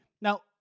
Now